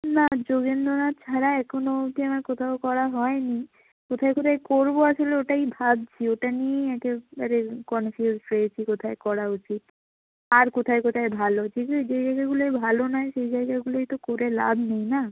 না যোগেন্দ্রনাথ ছাড়া একনো অবধি আমার কোথাও করা হয় নি কোথায় কোথায় করবো আসলে ওটাই ভাবছি ওটা নিয়েই একেবারে কনফিউসড রয়েছি কোথায় করা উচিত আর কোথায় কোথায় ভালো যেগুলো যে জায়গাগুলোয় ভালো নয় সেই জায়গাগুলোয় তো করে লাভ নেই না